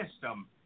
system